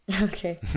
Okay